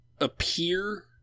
appear